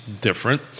different